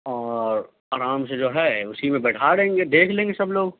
اور آرام سے جو ہے اُسی میں بیٹھا دیں گے دیکھ لیں گے سب لوگ